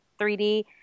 3d